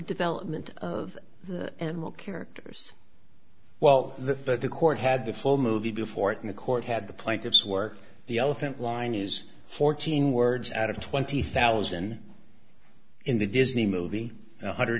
development of the characters well the but the court had the full movie before it in the court had the plaintiffs work the elephant line news fourteen words out of twenty thousand in the disney movie one hundred